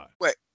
Wait